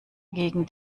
gegen